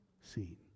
seen